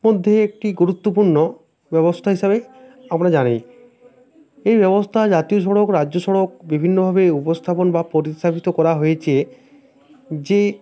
মধ্যে একটি গুরুত্বপূর্ণ ব্যবস্থা হিসাবে আমরা জানি এই ব্যবস্থা জাতীয় সড়ক রাজ্য সড়ক বিভিন্নভাবে উপস্থাপন বা পরিসারিত করা হয়েছে যে